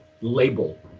label